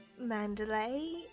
Mandalay